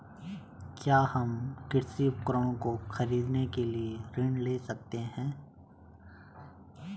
क्या हम कृषि उपकरणों को खरीदने के लिए ऋण ले सकते हैं?